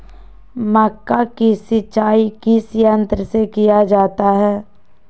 मक्का की सिंचाई किस यंत्र से किया जाता है?